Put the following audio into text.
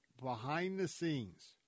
behind-the-scenes